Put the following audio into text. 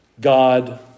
God